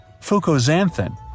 fucoxanthin